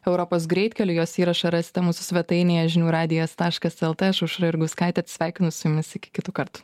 europos greitkeliu jos įrašą rasite mūsų svetainėje žinių radijas taškas lt aš aušra jurgauskaitė atsisveikinu su jumis iki kitų kartų